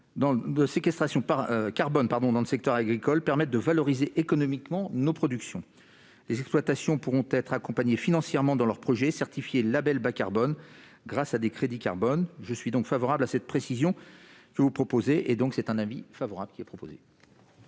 de séquestration de carbone dans le secteur agricole permettent de valoriser économiquement nos productions. Les exploitations pourront être accompagnées financièrement dans leur projet certifié label Bas-carbone grâce à des crédits carbone. Je suis donc favorable à cette précision que vous proposez. Quel est l'avis du Gouvernement ?